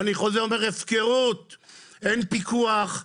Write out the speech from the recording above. אין פיקוח,